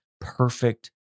perfect